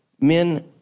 men